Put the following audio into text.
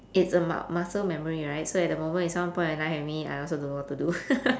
it's about muscle memory right so at the moment if someone point a knife at me I also don't know what to do